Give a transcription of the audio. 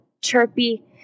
chirpy